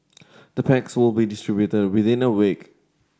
the packs will be distributed within a week